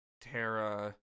Terra